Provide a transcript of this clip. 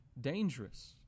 dangerous